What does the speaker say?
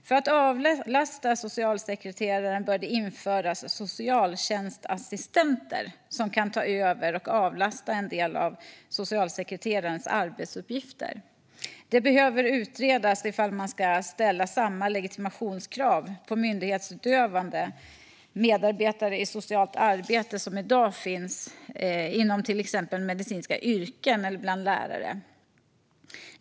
För att avlasta socialsekreteraren bör det anställas socialtjänstassistenter som kan ta över och avlasta en del av socialsekreterarens arbetsuppgifter. Det behöver utredas ifall man ska ställa legitimationskrav på myndighetsutövande medarbetare i socialt arbete på samma sätt som inom till exempel medicinska yrken eller bland lärare.